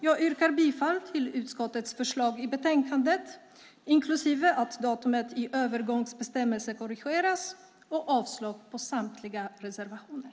Jag yrkar bifall till utskottets förslag i betänkandet, inklusive att datumet i övergångsbestämmelsen korrigeras, och avslag på samtliga reservationer.